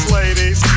ladies